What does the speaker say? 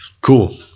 Cool